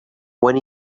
when